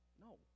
No